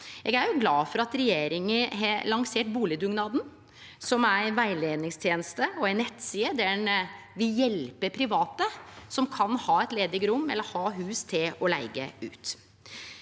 Eg er glad for at regjeringa har lansert boligdugnaden.no, som er ei rettleiingsteneste og ei nettside som hjelper private som kan ha eit ledig rom eller hus å leige ut.